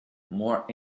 more